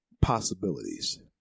possibilities